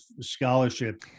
scholarship